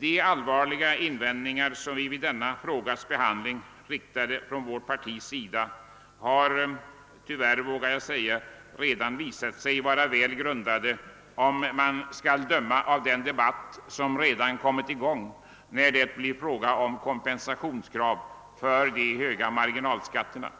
De allvarliga invändningar som vi från vårt parti riktade mot skattepolitiken vid behandlingen av denna fråga har redan visat sig vara väl grundade, att döma av den debatt som redan kommit i gång, föranledd av kompensationskrav för de höga marginalskatterna.